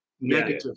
negative